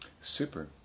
Super